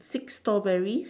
six strawberries